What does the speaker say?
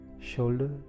shoulder